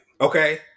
Okay